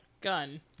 Gun